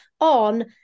on